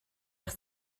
eich